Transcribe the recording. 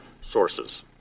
sources